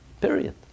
Period